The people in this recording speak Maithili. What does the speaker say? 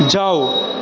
जाउ